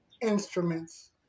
instruments